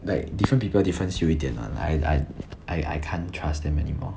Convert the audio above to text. like different people different 修一点 ah like I I I I can't trust them anymore